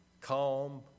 calm